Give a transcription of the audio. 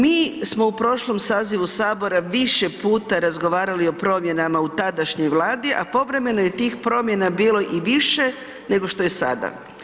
Mi smo u prošlom sazivu sabora više puta razgovarali o promjenama u tadašnjoj vladi, a povremeno je tih promjena bilo i više nego što je sada.